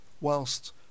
whilst